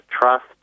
trust